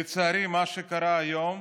לצערי, מה שקרה היום,